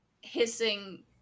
hissing